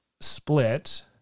split